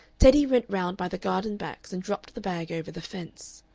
teddy went round by the garden backs and dropped the bag over the fence.